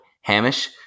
Hamish